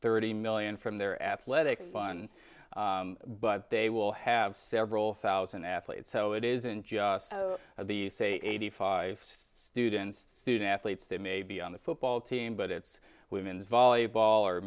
thirty million from their athletic fun but they will have several thousand athletes so it isn't just the say eighty five students student athletes that may be on the football team but it's women's volleyball or